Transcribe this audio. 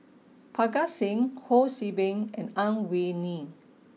Parga Singh Ho See Beng and Ang Wei Neng